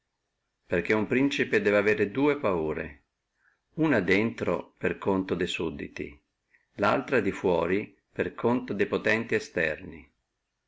perché uno principe debbe avere dua paure una dentro per conto de sudditi laltra di fuora per conto de potentati esterni